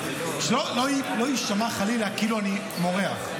שלא יישמע חלילה כאילו אני מורח,